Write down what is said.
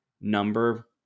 number